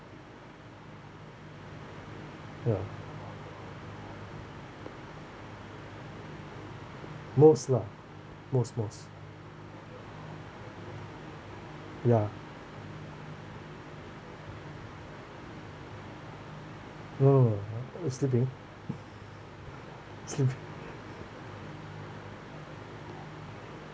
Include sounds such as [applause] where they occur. ya most lah most most ya mm uh when sleeping sleeping [laughs]